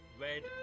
red